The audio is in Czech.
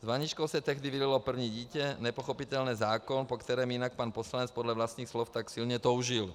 S vaničkou se tehdy vylilo první dítě, nepochopitelně zákon, po kterém jinak pan poslanec podle vlastních slov tak silně toužil.